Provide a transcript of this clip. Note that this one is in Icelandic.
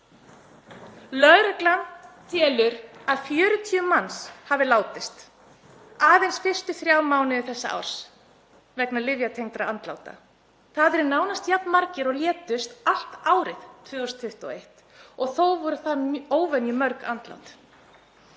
Lögreglan telur að 40 manns hafi látist aðeins fyrstu þrjá mánuði þessa árs vegna lyfjatengdra andláta. Það eru nánast jafn margir og létust allt árið 2021 og þó voru það óvenjumörg andlát.